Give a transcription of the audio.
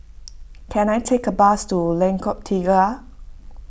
can I take a bus to Lengkok Tiga